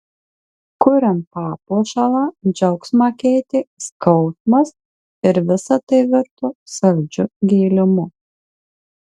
kuriant papuošalą džiaugsmą keitė skausmas ir visa tai virto saldžiu gėlimu